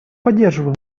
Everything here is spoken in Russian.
поддерживаем